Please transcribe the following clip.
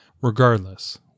Regardless